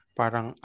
parang